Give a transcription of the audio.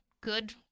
good